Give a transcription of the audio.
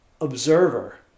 observer